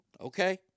Okay